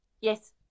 yes